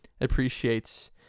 appreciates